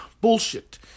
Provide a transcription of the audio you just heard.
bullshit